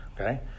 Okay